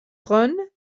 rhône